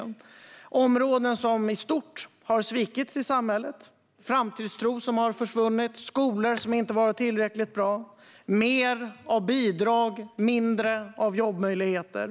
Det är områden som i stort har svikits av samhället, områden där framtidstron har försvunnit och skolorna inte varit tillräckligt bra. Det är områden med mer av bidrag och mindre av jobbmöjligheter.